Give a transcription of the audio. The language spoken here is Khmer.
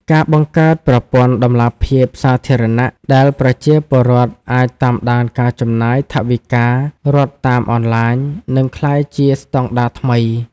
ការបង្កើតប្រព័ន្ធតម្លាភាពសាធារណៈដែលប្រជាពលរដ្ឋអាចតាមដានការចំណាយថវិការដ្ឋតាមអនឡាញ នឹងក្លាយជាស្តង់ដារថ្មី។